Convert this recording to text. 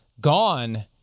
gone